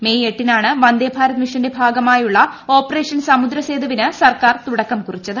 May എട്ടിനാണ് വന്ദേ ഭാരത് മിഷന്റെ ഭാഗമായുള്ള ഓപ്പറേഷൻ സമുദ്ര സേതുവിന് സർക്കാർ തുടക്കം കുറിച്ചത്